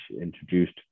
introduced